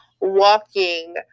walking